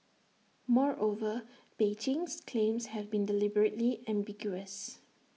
moreover Beijing's claims have been deliberately ambiguous